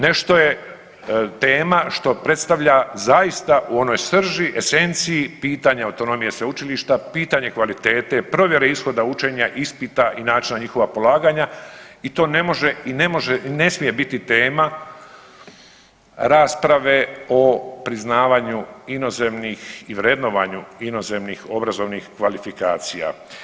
Nešto je tema što predstavlja zaista u onoj srži, esenciji pitanje autonomije sveučilišta, pitanje kvalitete, provjere ishoda učenja, ispita i načina njihova polaganja i to ne može i ne smije biti tema rasprave o priznavanju inozemnih i vrednovanju inozemnih obrazovnih kvalifikacija.